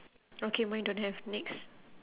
okay mine don't have next